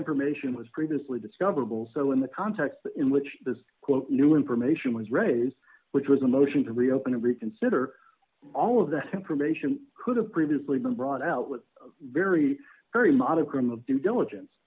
information was previously discoverable so in the context in which this quote new information was raise which was a motion to reopen reconsider all of that information could have previously been brought out with very very modicum of due diligence